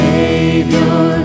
Savior